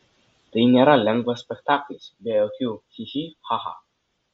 tai nėra lengvas spektaklis be jokių chi chi cha cha